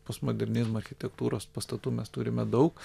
postmodernizmo architektūros pastatų mes turime daug